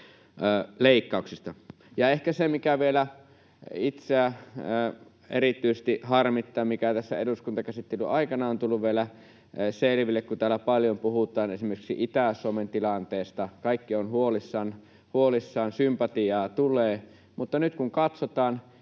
Ehkä se, mikä vielä itseä erityisesti harmittaa, mikä tässä eduskuntakäsittelyn aikana on tullut vielä selville, on se, että kun täällä paljon puhutaan esimerkiksi Itä-Suomen tilanteesta, kaikki ovat huolissaan, sympatiaa tulee, niin nyt kun katsotaan,